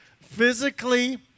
physically